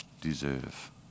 deserve